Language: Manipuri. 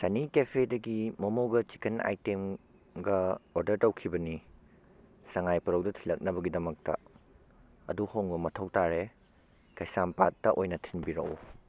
ꯁꯟꯅꯤ ꯀꯦꯐꯦꯗꯒꯤ ꯃꯣꯃꯣꯒ ꯆꯤꯛꯀꯟ ꯑꯥꯏꯇꯦꯝꯒ ꯑꯣꯔꯗꯔ ꯇꯧꯈꯤꯕꯅꯤ ꯁꯉꯥꯏꯄꯔꯧꯗ ꯊꯤꯜꯂꯛꯅꯕꯒꯤꯗꯃꯛꯇ ꯑꯗꯨ ꯍꯣꯡꯕ ꯃꯊꯧ ꯇꯥꯔꯦ ꯀꯩꯁꯥꯝꯄꯥꯠꯇ ꯑꯣꯏꯅ ꯊꯤꯟꯕꯤꯔꯛꯎ